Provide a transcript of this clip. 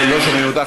לא שומעים אותך.